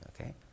okay